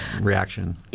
reaction